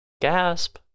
Gasp